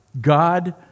God